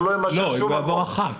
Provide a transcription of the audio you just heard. הוא לא יצטרך לעבור שום דבר נוסף.